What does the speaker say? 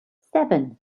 seven